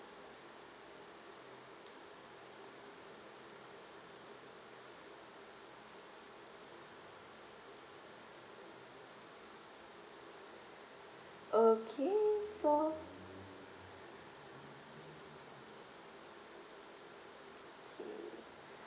okay so okay